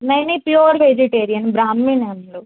नहीं नहीं pure vegetarian Brahmin हैं हम लोग